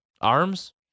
Arms